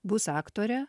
bus aktorė